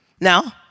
Now